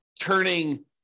turning